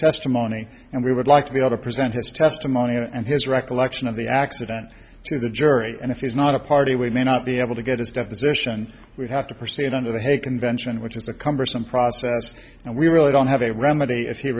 testimony and we would like to be able to present his testimony and his recollection of the accident to the jury and if he is not a party we may not be able to get his deposition we have to proceed under the hague convention which is a cumbersome process and we really don't have a remedy if he